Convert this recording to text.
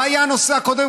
מה היה הנושא הקודם,